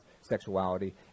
sexuality